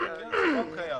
היום זה לא קיים.